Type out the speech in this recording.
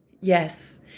yes